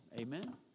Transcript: Amen